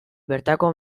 bertako